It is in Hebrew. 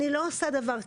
אני לא עושה דבר כזה.